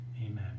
Amen